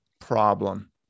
problem